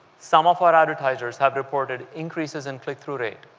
some of our advertisers have reported increases in click-through rate